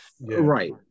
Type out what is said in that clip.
right